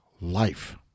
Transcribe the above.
life